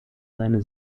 seine